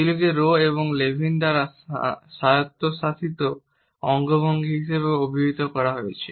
এগুলিকে রো এবং লেভিন দ্বারা স্বায়ত্তশাসিত অঙ্গভঙ্গি হিসাবেও অভিহিত করা হয়েছে